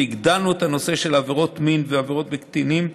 והגדרנו את הנושא של עבירות מין ועבירות בקטינים,